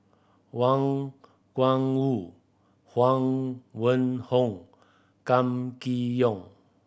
Wang Gungwu Huang Wenhong Kam Kee Yong